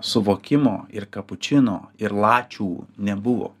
suvokimo ir kapučino ir lačių nebuvo